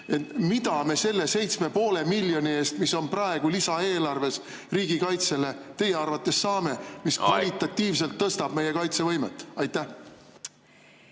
Mida me selle 7,5 miljoni eest, mis on praegu lisaeelarves riigikaitsele, teie arvates saame, nii et see kvalitatiivselt tõstab meie kaitsevõimet? Aitäh!